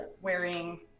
wearing